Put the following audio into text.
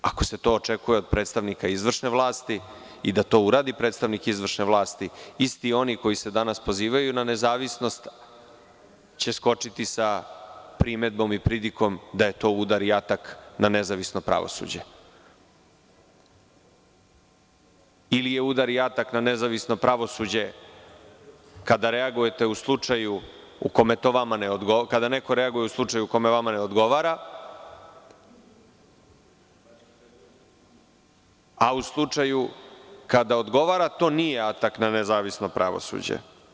Ako se to očekuje od predstavnika izvršne vlasti i da to uradi predstavnik izvršne vlasti, isti oni koji se danas pozivaju na nezavisnost će skočiti sa primedbom i pridikom da je to udar i atak na nezavisno pravosuđe, ili je udar i atak na nezavisno pravosuđe, kada reagujete u slučaju kome vama ne odgovara, a u slučaju kada odgovara, to nije atak na nezavisno pravosuđe.